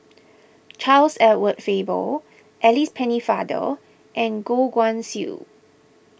Charles Edward Faber Alice Pennefather and Goh Guan Siew